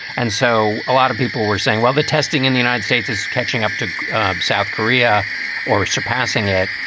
and so a lot of people were saying, well, the testing in the united states is catching up to south korea or surpassing it.